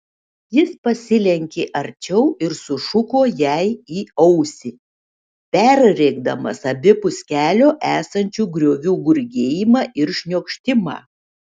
jis pasilenkė arčiau ir sušuko jai į ausį perrėkdamas abipus kelio esančių griovių gurgėjimą ir šniokštimą